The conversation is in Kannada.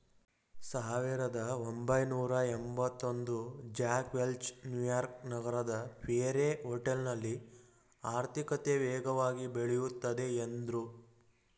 ಸಾವಿರದಒಂಬೈನೂರಎಂಭತ್ತಒಂದು ಜ್ಯಾಕ್ ವೆಲ್ಚ್ ನ್ಯೂಯಾರ್ಕ್ ನಗರದ ಪಿಯರೆ ಹೋಟೆಲ್ನಲ್ಲಿ ಆರ್ಥಿಕತೆ ವೇಗವಾಗಿ ಬೆಳೆಯುತ್ತದೆ ಎಂದ್ರು